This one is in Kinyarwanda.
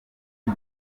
iri